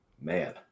Man